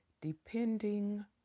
depending